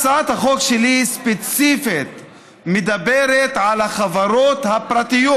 הצעת החוק שלי מדברת ספציפית על החברות הפרטיות.